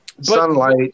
sunlight